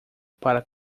para